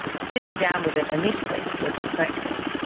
sitting down with it initially was perplexing,